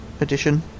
Edition